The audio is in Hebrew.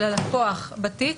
של הלקוח בתיק,